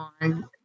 on